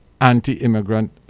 anti-immigrant